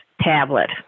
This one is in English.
tablet